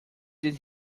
did